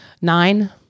nine